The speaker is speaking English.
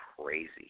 crazy